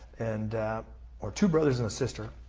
and or two brothers and a sister.